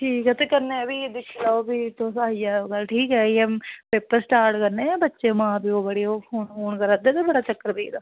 ठीक ऐ कन्नै फ्ही तुस दिक्खी लैओ फ्ही तुस आई आएओ ठीक ऐ इ'यै पेपर स्टार्ट करने बच्चें दे मां प्योऽ बड़े फोन करादे बड़ा चक्कर पेई दा